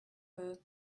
her